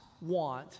want